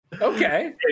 Okay